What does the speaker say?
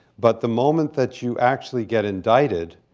but the moment that you actually get indicted,